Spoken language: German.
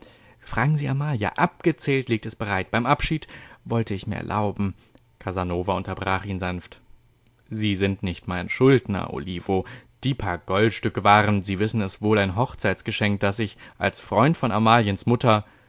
fragen sie amalia abgezählt liegt es bereit beim abschied wollte ich mir erlauben casanova unterbrach ihn sanft sie sind nicht mein schuldner olivo die paar goldstücke waren sie wissen es wohl ein hochzeitsgeschenk das ich als freund von amaliens mutter